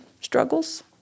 struggles